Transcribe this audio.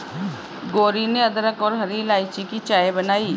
गौरी ने अदरक और हरी इलायची की चाय बनाई